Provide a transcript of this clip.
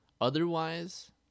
Otherwise